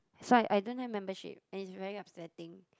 so I I don't have membership and is very upsetting